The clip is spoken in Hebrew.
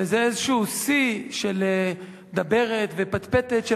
וזה איזשהו שיא של דברת ופטפטת של